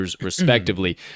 respectively